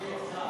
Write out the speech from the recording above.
גם לי אתך.